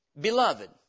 Beloved